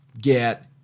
get